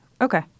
Okay